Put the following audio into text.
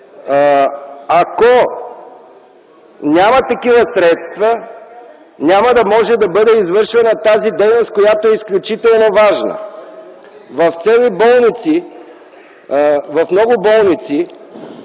Ако няма такива средства, няма да може да бъде извършвана тази дейност, която е изключително важна. В много болници